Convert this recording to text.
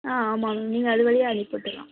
ஆ ஆமாங்க நீங்கள் அது வழியாக அனுப்பி விட்டுர்லாம்